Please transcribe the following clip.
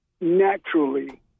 naturally